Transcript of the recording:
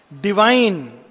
Divine